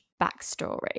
backstory